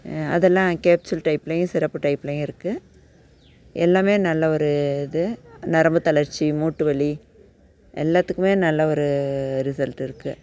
அதெல்லாம் கேப்சுல் டைப்லேயும் சிரப்பு டைப்லேயும் இருக்குது எல்லாமே நல்ல ஒரு இது நரம்பு தளர்ச்சி மூட்டு வலி எல்லாத்துக்குமே நல்ல ஒரு ரிசல்ட்டு இருக்குது